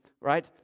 right